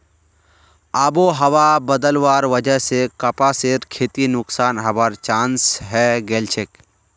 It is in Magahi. आबोहवा बदलवार वजह स कपासेर खेती नुकसान हबार चांस हैं गेलछेक